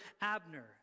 Abner